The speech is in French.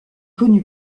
connu